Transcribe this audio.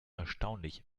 erstaunlich